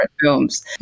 films